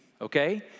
okay